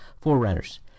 forerunners